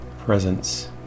presence